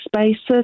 spaces